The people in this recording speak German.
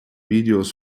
videos